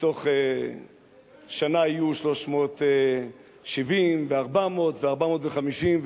ובתוך שנה יהיו 370 ו-400 ו-450,